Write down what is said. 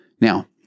Now